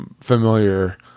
familiar